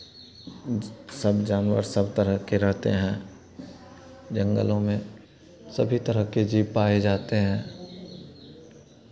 सब जानवर सब तरह के रहते हैं जंगलों में सभी तरह के जीव पाए जाते हैं